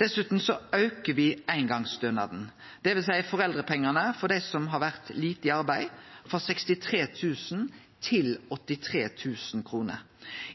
Dessutan aukar me eingongsstønaden, dvs. foreldrepengane, for dei som har vore lite i arbeid, frå 63 000 kr til 83 000 kr.